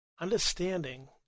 Understanding